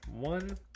one